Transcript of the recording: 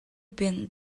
been